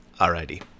Alrighty